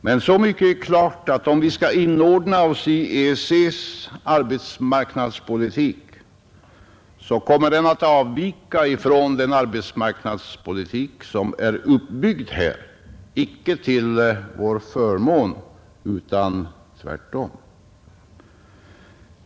Men så mycket är klart att den arbetsmarknadspolitik inom EEC som vi i så fall skulle inordna oss i avviker från den arbetsmarknadspolitik som är uppbyggd här — och inte till vår förmån utan tvärtom.